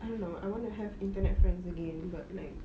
I don't know I want to have internet friends again but like